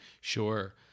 Sure